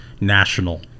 national